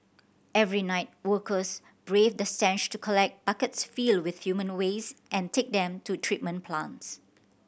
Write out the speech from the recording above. every night workers braved the stench to collect buckets filled with human waste and take them to treatment plants